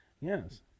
Yes